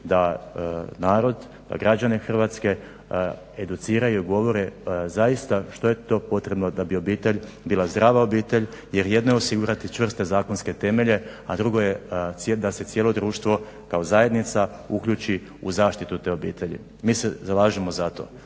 da narod, građane Hrvatske educiraju i govore zaista što je to potrebno da bi obitelj bila zdrava obitelj. Jer jedno je osigurati čvrste zakonske temelje, a drugo je da se cijelo društvo kao zajednica uključi u zaštitu te obitelji. Mi se zalažemo za to